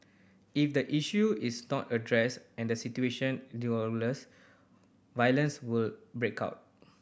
if the issue is not addressed and the situation violence will break out